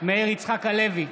מאיר יצחק הלוי,